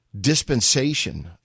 dispensation